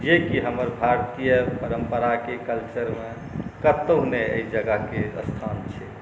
जेकि हमर भारतीय परम्पराके कल्चरमे कतहु नहि एहि जगहके अस्थान छै